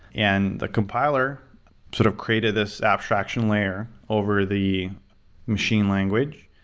and the compiler sort of created this abstraction layer over the machine language,